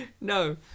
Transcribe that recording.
No